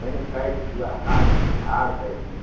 नहीं नहीं कैस पूरा हार्ड कैस हार्ड कैस में